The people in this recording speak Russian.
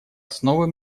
основы